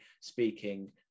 speaking